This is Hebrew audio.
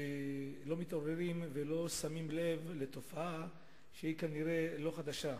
אנחנו לא מתעוררים ולא שמים לב לתופעה שהיא כנראה לא חדשה.